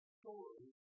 story